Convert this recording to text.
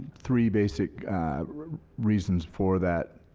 three basic reasons for that.